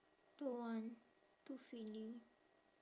don't want too filling